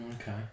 okay